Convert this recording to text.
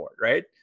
right